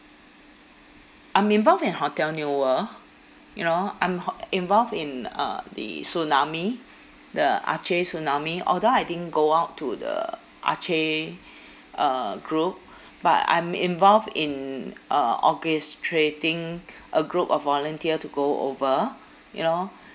I'm involved in hotel new world you know I'm ho~ involved in uh the tsunami the aceh tsunami although I didn't go out to the aceh uh group but I'm involved in uh orchestrating a group of volunteer to go over you know